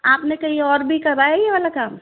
आपने कहीं और भी करवाया है यह वाला काम